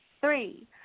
Three